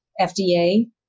FDA